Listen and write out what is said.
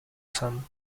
some